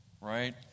Right